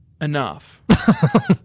Enough